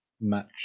match